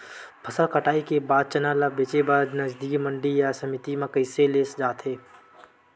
फसल कटाई के बाद चना ला बेचे बर नजदीकी मंडी या समिति मा कइसे ले जाथे?